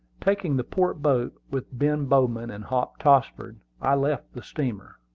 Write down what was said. taking the port boat, with ben bowman and hop tossford, i left the steamer.